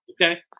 okay